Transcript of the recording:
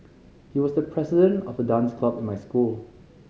he was the president of the dance club in my school